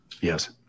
yes